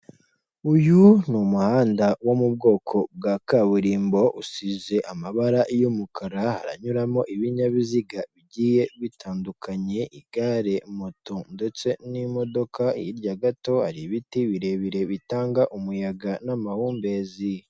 Uyu ni umuhanda wo mu bwoko bwa kaburimbo, usize amabara y'umukara, haraanyuramo ibinyabiziga bigiye bitandukanye, igare moto ndetse n'imodoka, hirya gato hari ibiti birebire bitanga umuyaga n'amahumbezi.